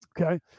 okay